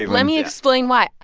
let me explain why.